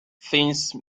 things